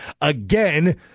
again